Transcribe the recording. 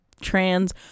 trans